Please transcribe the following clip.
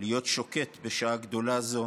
להיות שוקט בשעה גדולה זו,